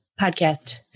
podcast